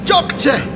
Doctor